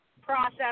process